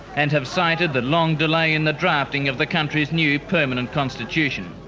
and have cited the long delay in the drafting of the country's new permanent constitution.